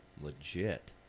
Legit